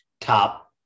top